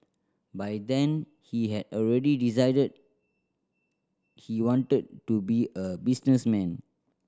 by then he had already decided he wanted to be a businessman